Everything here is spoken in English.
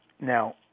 now